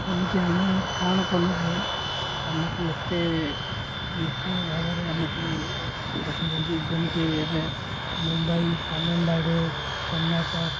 ଏମିତି ଆମେ କ'ଣ କଲୁ ଯେ ଆମକୁ ଏତେ ନୀଚ୍ଚ ଭାବରେ ଆମକୁ ଦେଖୁଛନ୍ତି ଯେମିତି ଏବେ ମୁମ୍ବାଇ ତାମିଲନାଡ଼ୁ କର୍ଣ୍ଣାଟକ